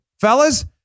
fellas